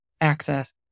access